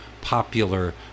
popular